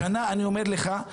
השנה אני אומר לך,